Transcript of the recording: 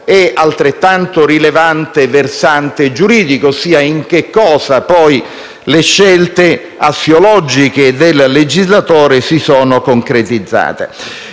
e altrettanto rilevante versante giuridico, ossia in cosa le scelte assiologiche del legislatore si sono poi concretizzate.